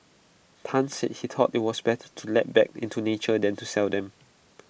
Tan said he thought IT was better to let back into nature than to sell them